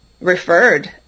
referred